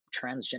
transgender